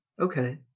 Okay